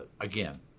again